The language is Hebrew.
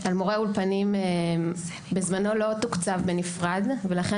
מורי אולפנים בזמנו לא תוקצב בנפרד ולכן